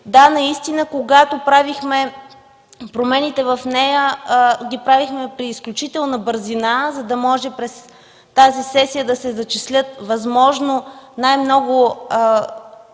Да, наистина, когато правихме промените в нея, ги правихме с изключителна бързина, за да може през тази сесия да се зачислят възможно най-много